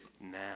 now